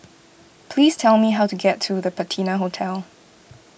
please tell me how to get to the Patina Hotel